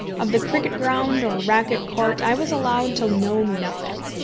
of the cricket-ground or racket-court i was allowed to know nothing.